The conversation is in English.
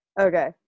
Okay